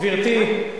גברתי,